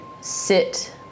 sit